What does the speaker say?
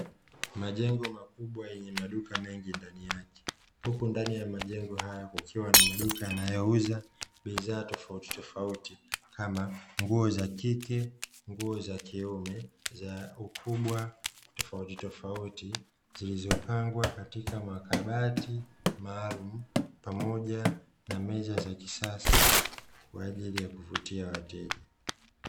Majengo makubwa yenye maduka mengi ndani yake, huku ndani ya majengo haya kukiwa na maduka yanayouza bidhaa tofauti tofauti kama nguo zakike, nguo zakiume za ukubwa tofauti tofauti. Zilizopangwa katika makabati maalumu pamoja na meza za kisasa kwa ajili ya kuvutia wateja.